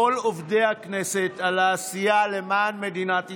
ולכל עובדי הכנסת, על העשייה למען מדינת ישראל,